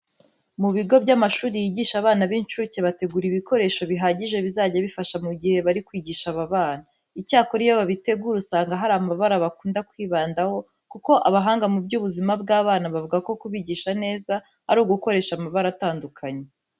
Mu bigo by'amashuri yigisha abana b'incuke bategura ibikoresho bihagije bizajya bibafasha mu gihe bari kwigisha aba bana. Icyakora iyo babitegura usanga hari amabara bakunda kwibandaho kuko abahanga mu by'ubuzima bw'abana bavuga ko kubigisha neza ari ugukoresha amabara atandukanye.